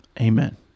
Amen